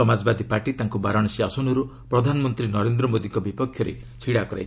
Samajwadi party ତାଙ୍କୁ ବାରାଣସୀ ଆସନରୁ ପ୍ରଧାନମନ୍ତ୍ରୀ ନରେନ୍ଦ୍ର ମୋଦିଙ୍କ ବିପକ୍ଷରେ ଛିଡ଼ା କରାଇଥିଲା